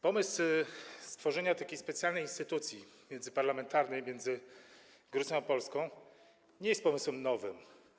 Pomysł stworzenia takiej specjalnej instytucji międzyparlamentarnej między Gruzją a Polską nie jest pomysłem nowym.